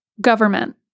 government